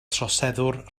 troseddwr